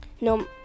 No